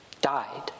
Died